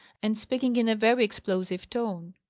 and speaking in a very explosive tone.